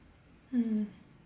mm